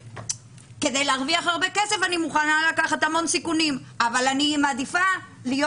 כדי להרוויח הרבה כסף אני מוכנה לקחת המון סיכונים אבל אני מעדיפה להיות